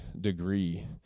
degree